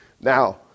Now